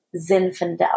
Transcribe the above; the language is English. Zinfandel